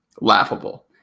laughable